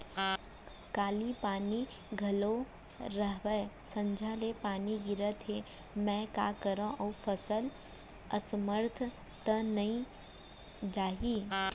काली पानी पलोय रहेंव, संझा ले पानी गिरत हे, मैं का करंव अऊ फसल असमर्थ त नई जाही?